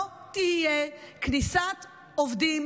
לא תהיה כניסת עובדים